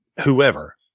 whoever